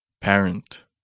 Parent